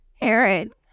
Aaron